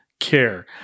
care